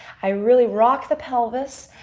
i really rock the pelvis,